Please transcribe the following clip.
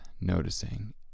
noticing